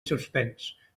suspens